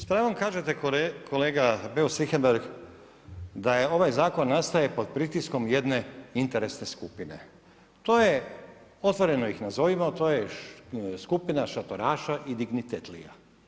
S pravom kažete kolega Beus Richembergh, da ovaj zakon nastaje pod pritiskom jedne interesne skupine, to je, otvoreno ih nazovimo, to je skupina šatoraša i dignitetlija.